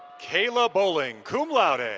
kayla bowling, cum laude. and